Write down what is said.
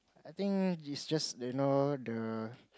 I think is just you know the